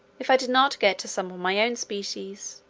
if i did not get to some of my own species